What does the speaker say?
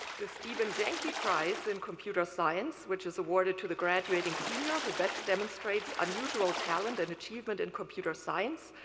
the steven janke prize in computer science, which is awarded to the graduating senior who best demonstrates unusual talent and achievement in computer science,